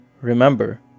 remember